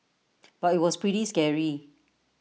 but IT was pretty scary